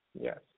Yes